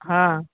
हाँ